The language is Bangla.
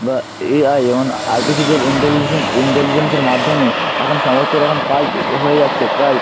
বা এআই যেমন আআর্টিফিশিয়াল ইন্টেলিজেন্স ইন্টেলিজেন্সের মাধ্যমে এখন সমস্ত রকম কাজ হয়ে যাচ্ছে প্রায়